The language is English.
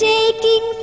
Taking